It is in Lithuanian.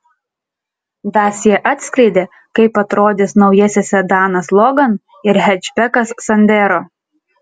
dacia atskleidė kaip atrodys naujasis sedanas logan ir hečbekas sandero